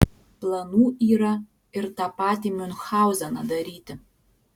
planų yra ir tą patį miunchauzeną daryti